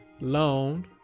loan